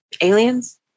aliens